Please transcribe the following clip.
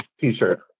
t-shirt